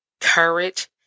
courage